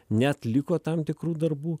neatliko tam tikrų darbų